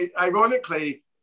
ironically